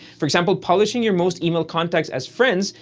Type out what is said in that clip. for example, publishing your most-emailed contacts as friends,